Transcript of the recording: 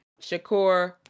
Shakur